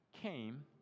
came